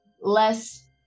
less